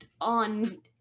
on